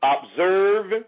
Observe